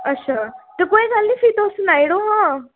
अच्छा ते कोई गल्ल निं फ्ही तुस सनाई ओड़ो आं